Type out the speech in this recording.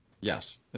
Yes